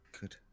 good